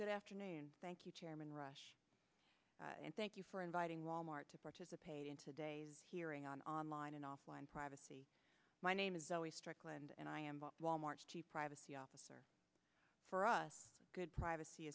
good afternoon thank you chairman rush and thank you for inviting wal mart to participate in today's hearing on online and offline privacy my name is always strickland and i am the wal mart chief privacy officer for us good privacy